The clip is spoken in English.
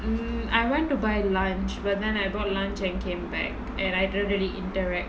mm I went to buy lunch but then I bought lunch and came back and I don't really interact